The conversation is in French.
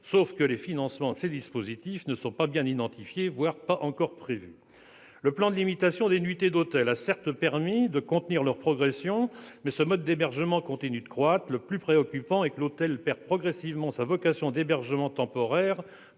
Sauf que les financements de ces dispositifs ne sont pas bien identifiés, voire pas encore prévus ! Le plan de limitation des nuitées d'hôtel a certes permis de contenir leur progression, mais ce mode d'hébergement continue de croître. Le plus préoccupant est que l'hôtel perd progressivement sa vocation d'hébergement temporaire